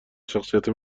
شخصیت